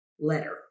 letter